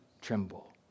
tremble